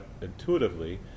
intuitively